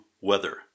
weather